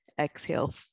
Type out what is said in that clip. Exhale